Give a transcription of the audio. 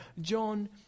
John